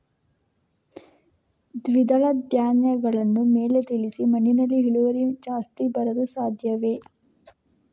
ದ್ವಿದಳ ಧ್ಯಾನಗಳನ್ನು ಮೇಲೆ ತಿಳಿಸಿ ಮಣ್ಣಿನಲ್ಲಿ ಇಳುವರಿ ಜಾಸ್ತಿ ಬರಲು ಸಾಧ್ಯವೇ?